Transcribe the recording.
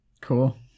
Cool